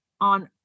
on